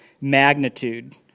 magnitude